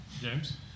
James